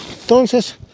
entonces